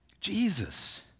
Jesus